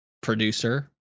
producer